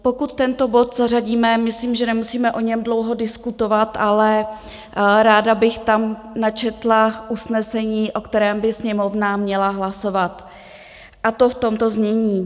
Pokud tento bod zařadíme, myslím, že nemusíme o něm dlouho diskutovat, ale ráda bych tam načetla usnesení, o kterém by Sněmovna měla hlasovat, a to v tomto znění.